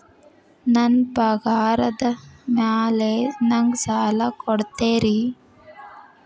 ನನ್ನ ಪಗಾರದ್ ಮೇಲೆ ನಂಗ ಸಾಲ ಕೊಡ್ತೇರಿ?